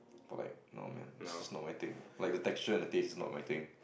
but like no man it's just not my thing like the texture and the taste is not my thing